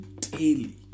daily